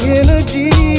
energy